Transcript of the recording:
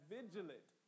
Vigilant